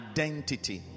Identity